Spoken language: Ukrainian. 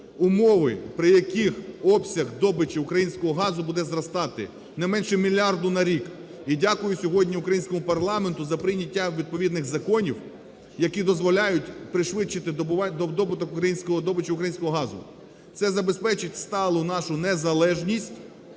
умови, при яких обсяг добичу українського газу буде зростати не менше мільярду на рік. І дякую сьогодні українському парламенту за прийняття відповідних законів, які дозволяють пришвидшити добуток українського… добич українського газу. Це забезпечить сталу нашу незалежність